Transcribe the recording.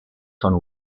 von